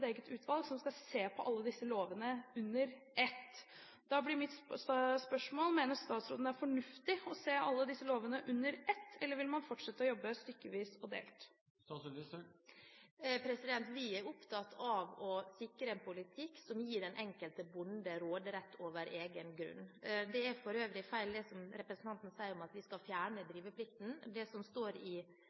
eget utvalg som skal se på alle disse lovene under ett. Da blir mitt spørsmål: Mener statsråden det er fornuftig å se alle disse lovene under ett, eller vil man fortsette å jobbe stykkevis og delt? Vi er opptatt av å sikre en politikk som gir den enkelte bonde råderett over egen grunn. Det er for øvrig feil det som representanten sier, at vi skal fjerne driveplikten. Det som står i